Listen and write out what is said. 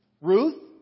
Ruth